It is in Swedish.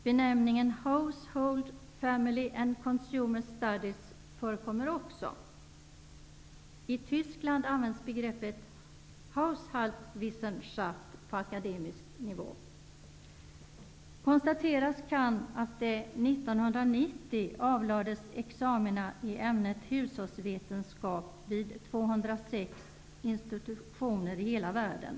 Benämningen household/family and consumer studies förekommer också. I Tyskland används begreppet Haushaltwissenschaft på akademisk nivå. Det kan konstateras att det 1990 avlades examina i ämnet hushållsvetenskap vid 206 institutioner i hela världen.